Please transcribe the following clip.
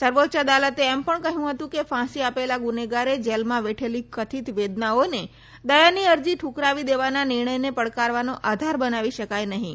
સર્વોચ્ય અદાલતે એમ પણ કહ્યું હતું કે ફાંસી પહેલાં ગુનેગારે જેલમાં વેઠેલી કથિત વેદનાઓને દયાની અરજી ઠકરાવી દેવાના નિર્ણયને પડકારવાનો આધાર બનાવી શકાય નહીં